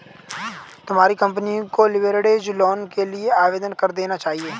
तुम्हारी कंपनी को leveraged loan के लिए आवेदन कर देना चाहिए